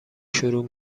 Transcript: شروع